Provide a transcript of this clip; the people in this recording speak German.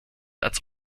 als